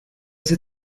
ese